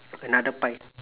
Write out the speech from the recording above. another pie